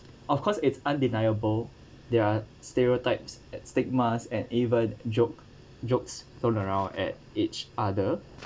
of course it's undeniable there are stereotypes at stigmas and even joke jokes thrown around at each other